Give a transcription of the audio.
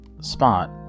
spot